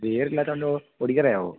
ഗിയറില്ലാത്ത വണ്ടി ഓടിക്കാനറിയാവോ